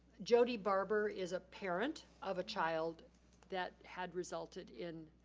jody barber is a parent of a child that had resulted in